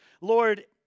Lord